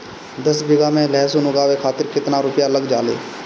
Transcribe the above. दस बीघा में लहसुन उगावे खातिर केतना रुपया लग जाले?